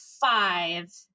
five